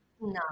no